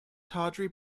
tawdry